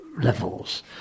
levels